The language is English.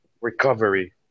recovery